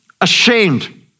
ashamed